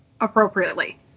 appropriately